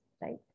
right